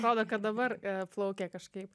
rodo kad dabar plaukia kažkaip